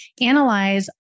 analyze